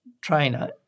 trainer